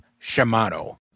Shimano